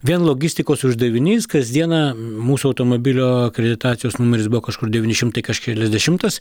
vien logistikos uždavinys kasdieną mūsų automobilio akreditacijos numeris buvo kažkur devyni šimtai kaškeliasdešimtas